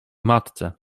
matce